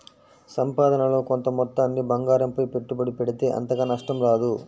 సంపాదనలో కొంత మొత్తాన్ని బంగారంపై పెట్టుబడి పెడితే అంతగా నష్టం రాదు